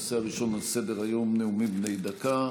הנושא הראשון על סדר-היום, נאומים בני דקה.